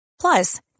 Plus